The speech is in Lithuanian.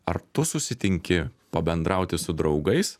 ar tu susitinki pabendrauti su draugais